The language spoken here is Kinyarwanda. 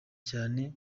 cyane